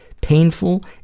painful